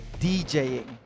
DJing